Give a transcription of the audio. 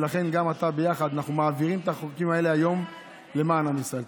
ולכן גם איתך ביחד אנחנו מעבירים את החוקים האלה היום למען עם ישראל.